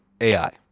AI